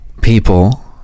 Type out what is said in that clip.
people